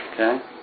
Okay